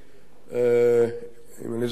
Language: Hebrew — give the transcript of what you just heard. אם אני זוכר את זאת,